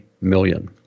million